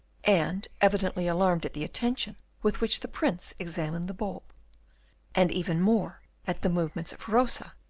and evidently alarmed at the attention with which the prince examined the bulb and even more at the movements of rosa,